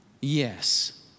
Yes